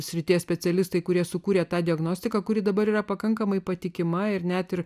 srities specialistai kurie sukūrė tą diagnostiką kuri dabar yra pakankamai patikima ir net ir